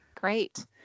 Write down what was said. Great